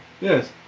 Yes